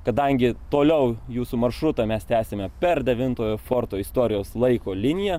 kadangi toliau jūsų maršrutą mes tęsiame per devintojo forto istorijos laiko liniją